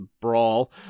brawl